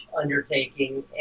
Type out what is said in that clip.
undertaking